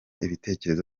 ibitekerezo